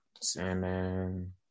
Sandman